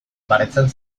baretzen